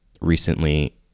recently